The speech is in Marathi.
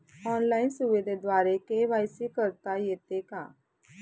ऑनलाईन सुविधेद्वारे के.वाय.सी करता येते का?